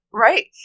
Right